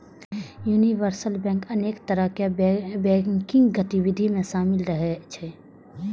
universal bank अनेक तरहक banking गतिविधि मे शामिल रहै छै